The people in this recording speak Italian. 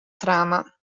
trama